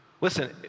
Listen